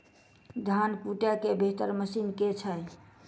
धान कुटय केँ बेहतर मशीन केँ छै?